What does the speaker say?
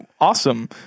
awesome